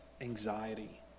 anxiety